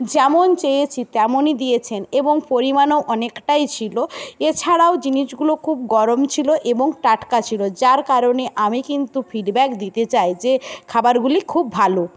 যেমন চেয়েছি তেমনই দিয়েছেন এবং পরিমাণও অনেকটাই ছিলো এছাড়াও জিনিসগুলো খুব গরম ছিলো এবং টাটকা ছিলো যার কারণে আমি কিন্তু ফিডব্যাক দিতে চাই যে খাবারগুলি খুব ভালো